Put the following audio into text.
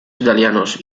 italianos